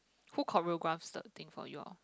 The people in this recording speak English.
who choreographs the thing for you all